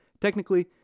Technically